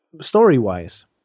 story-wise